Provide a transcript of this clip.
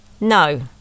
No